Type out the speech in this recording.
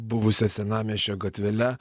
buvusia senamiesčio gatvele